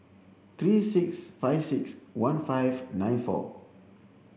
three six five six one five nine four